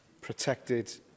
protected